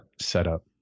setup